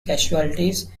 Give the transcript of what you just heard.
casualties